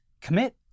commit